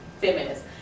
feminist